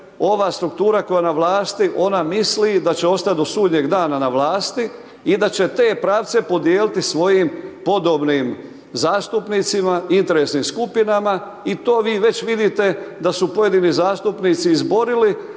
ova struktura koja je na vlasti ona misli da će ostati do sudnjeg dana na vlasti i da će te pravce podijeliti svojim podobnim zastupnicima, interesnim skupinama i to vi već vidite da su pojedini zastupnici izborili